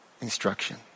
instruction